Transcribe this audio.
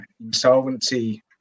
insolvency